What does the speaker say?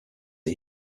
are